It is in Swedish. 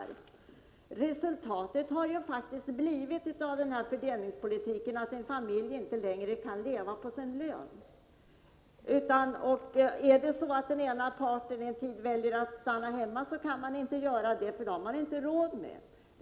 Resultatet av den förda fördelningspolitiken har ju faktiskt blivit att en familj inte längre kan leva på sin lön. Om den ena parten skulle vilja stanna hemma en tid, är detta inte möjligt, för det har familjen inte råd med.